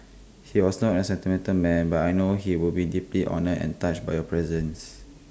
he was not A sentimental man but I know he would be deeply honoured and touched by your presence